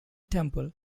temple